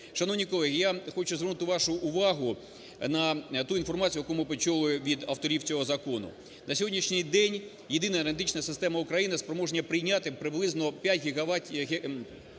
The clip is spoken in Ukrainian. Шановні колеги, я хочу звернути вашу увагу на ту інформацію, яку ми почули від авторів цього закону. На сьогоднішній день Єдина енергетична система України спроможна прийняти приблизно